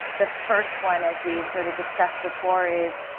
the first one as we sort of discussed before, is,